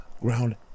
ground